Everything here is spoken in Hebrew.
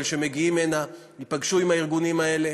שמגיעים הנה ייפגשו עם הארגונים האלה,